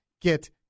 get